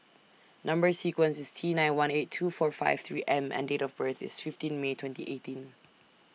Number sequence IS T nine one eight two four five three M and Date of birth IS fifteen May twenty eighteen